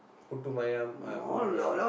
Putu-Mayam ah Putu-Mayam